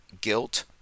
guilt